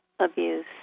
abuse